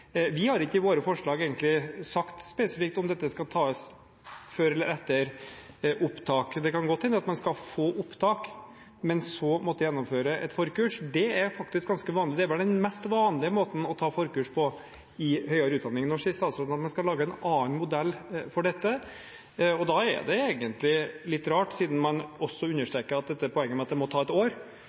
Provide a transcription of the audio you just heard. Vi har ikke i våre forslag sagt spesifikt om dette skal tas før eller etter opptak. Det kan godt hende at man skal få opptak, men så måtte gjennomføre et forkurs. Det er faktisk ganske vanlig – det er den mest vanlige måten å ta forkurs på i høyere utdanning. Nå sier statsråden at man skal lage en annen modell for dette. Da er det egentlig litt rart, siden man også understreker poenget med at det må ta et år,